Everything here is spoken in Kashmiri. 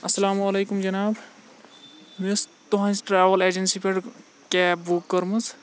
اَسلام عَلَیکُم جِناب مےٚ اوس تُہٕنٛزِ ٹریوٕل اِیجَنسی پؠٹھ کیب بُک کٔرمٕژ